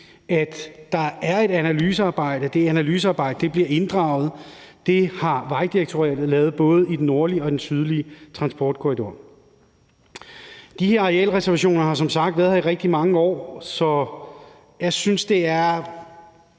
at der er et analysearbejde, og at det analysearbejde bliver inddraget. Det har Vejdirektoratet lavet både i forhold til den nordlige og i forhold til den sydlige transportkorridor. De her arealreservationer har som sagt været her i rigtig mange år, så jeg synes, det er,